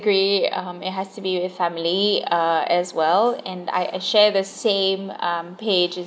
agree um it has to be with family uh as well and I I share the same um page